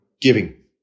giving